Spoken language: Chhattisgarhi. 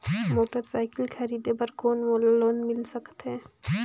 मोटरसाइकिल खरीदे बर कौन मोला लोन मिल सकथे?